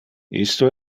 isto